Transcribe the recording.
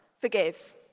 forgive